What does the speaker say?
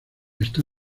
está